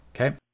Okay